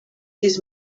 his